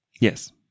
Yes